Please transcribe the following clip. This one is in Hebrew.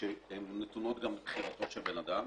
שהם נתונים גם לבחירתו של בן אדם.